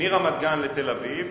מרמת-גן לתל-אביב.